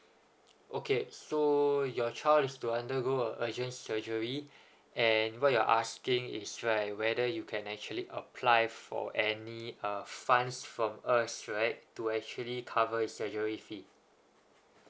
okay so your child is to undergo a urgent surgery and what you're asking is right whether you can actually apply for any uh funds from us right to actually covers surgery fee